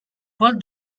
pel